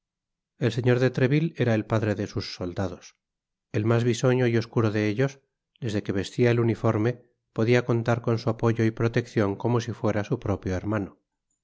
el señor de treville era el padre de sus soldados el mas bisoño y oscuro de ellos desde que vestía el uniforme podia contar con su apoyo y proteccion como si fuera su propio hermano